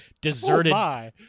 deserted